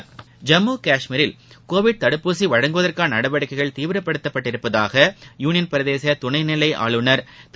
ஐம்மு காஷ்மீரில் கோவிட் தடுப்பூசி வழங்குவதற்கான நடவடிக்கைகள் தீவிரப்படுத்தப்பட்டுள்ளதாக யூனியன்பிரதேச துணைநிலை ஆளுநர் திரு